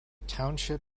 township